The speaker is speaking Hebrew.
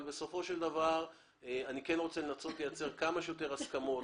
בסופו של דבר אני כן רוצה לנסות לייצר כמה שיותר הסכמות,